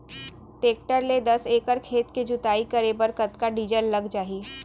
Tractor ले दस एकड़ खेत के जुताई करे बर कतका डीजल लग जाही?